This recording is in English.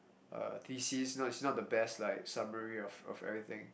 uh thesis no it's not the best like summary of of everything